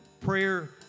prayer